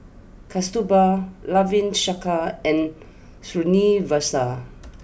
Kasturba Ravi Shankar and Srinivasa